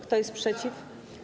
Kto jest przeciw?